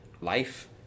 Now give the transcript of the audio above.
life